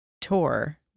tour